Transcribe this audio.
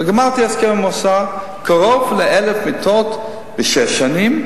וגמרתי הסכם עם האוצר: קרוב ל-1,000 מיטות בשש שנים,